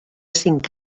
cinc